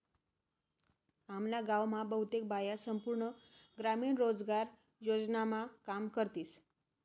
आम्ना गाव मा बहुतेक बाया संपूर्ण ग्रामीण रोजगार योजनामा काम करतीस